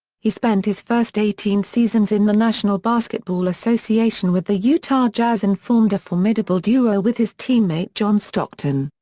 he spent his first eighteen seasons in the national basketball association with the utah jazz and formed a formidable duo with his teammate john stockton.